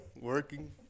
working